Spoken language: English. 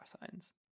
signs